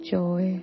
joy